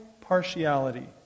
partiality